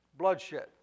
bloodshed